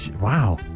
Wow